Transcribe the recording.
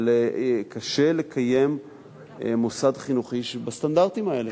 אבל קשה לקיים מוסד חינוכי בסטנדרטים האלה,